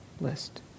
list